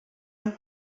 amb